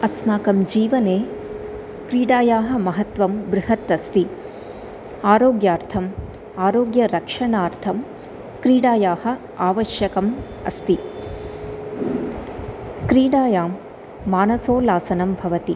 अस्माकं जीवने क्रीडायाः महत्वं बृहत् अस्ति आरोग्यार्थं आरोग्यरक्षणार्थं क्रीडा आवश्यकम् अस्ति क्रीडायां मानसोल्लासनं भवति